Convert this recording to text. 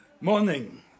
Morning